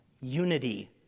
Unity